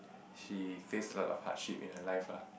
she faced a lot of hardship in her life lah